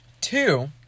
Two